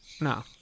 No